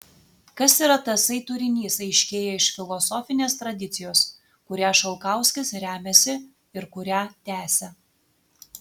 kas yra tasai turinys aiškėja iš filosofinės tradicijos kuria šalkauskis remiasi ir kurią tęsia